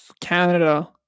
Canada